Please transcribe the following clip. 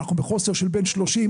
אנחנו בחוסר של בין 30%,